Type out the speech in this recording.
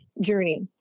journey